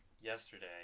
yesterday